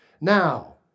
Now